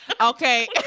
okay